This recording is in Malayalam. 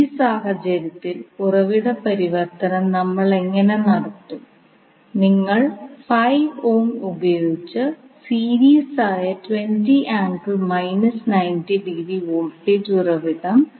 പക്ഷേ അതിനാൽ അടുത്തതായി മെഷ് വിശകലനം ഉപയോഗിച്ച് ഈ സർക്യൂട്ടിലെ Vo ഇൻറെ മൂല്യം കണ്ടെത്താൻ ശ്രമിക്കാം